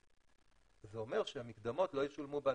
זה אומר שהמקדמות לא ישולמו ב-2020.